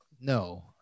no